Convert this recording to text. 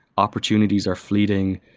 opportunities are fleeting,